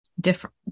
different